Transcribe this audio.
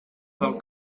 del